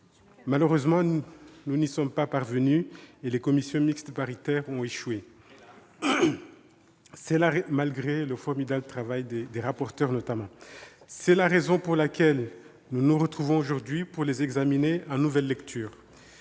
Malheureusement, nous n'y sommes pas parvenus et les commissions mixtes paritaires ont échoué ... Hélas !... malgré le formidable travail des rapporteurs, ... En effet. ... notamment. C'est la raison pour laquelle nous nous retrouvons aujourd'hui pour les examiner en nouvelle lecture.